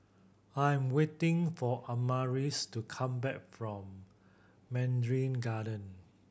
I am waiting for Amaris to come back from Mandarin Garden